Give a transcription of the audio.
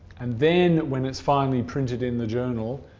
and then when it's finally printed in the journal,